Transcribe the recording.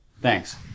Thanks